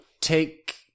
take